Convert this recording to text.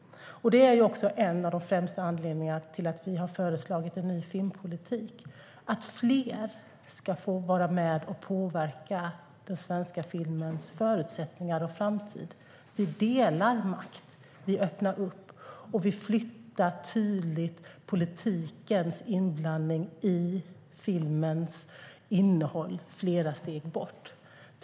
Det är också en av de främsta anledningarna till att vi har föreslagit en ny filmpolitik - att fler ska få vara med och påverka den svenska filmens förutsättningar och framtid. Vi delar makt. Vi öppnar upp. Vi flyttar tydligt politikens inblandning i filmens innehåll flera steg bort.